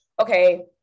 okay